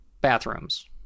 Bathrooms